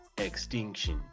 extinction